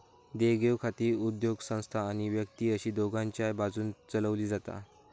देवघेव खाती उद्योगसंस्था आणि व्यक्ती अशी दोघांच्याय बाजून चलवली जातत